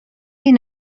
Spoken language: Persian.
این